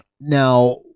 now